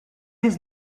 his